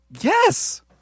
Yes